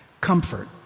Comfort